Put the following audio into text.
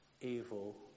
evil